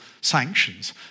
sanctions